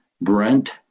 Brent